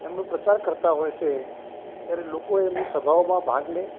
એમનો પ્રચાર કરતા હોય છે ત્યારે લોકો એમની સભાઓમાં ભાગ લે